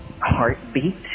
heartbeat